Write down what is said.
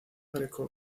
greco